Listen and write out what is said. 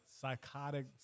psychotic